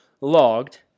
logged